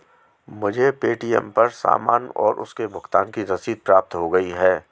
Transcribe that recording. मुझे पे.टी.एम पर सामान और उसके भुगतान की रसीद प्राप्त हो गई है